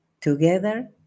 together